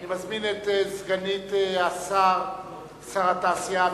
מזמין את סגנית שר התעשייה,